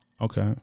Okay